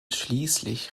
schließlich